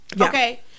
okay